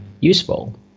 useful